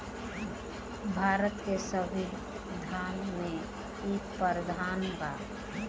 भारत के संविधान में इ प्रावधान बा